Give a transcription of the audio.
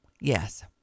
Yes